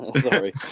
Sorry